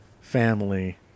family